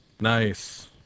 Nice